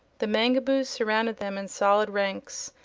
the mangaboos surrounded them in solid ranks,